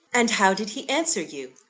and how did he answer you?